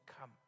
come